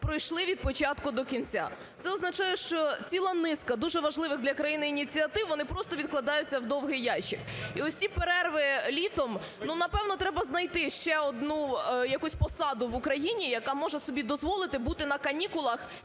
пройшли від початку до кінця. Це означає, що ціла низка дуже важливих для країни ініціатив вони просто відкладаються в довгий ящик. І ось ці перерви літом, ну, напевно, треба знайти ще одну якусь посаду в Україні, яка може собі дозволити бути на канікулах